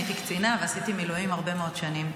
הייתי קצינה ועשיתי מילואים הרבה מאוד שנים,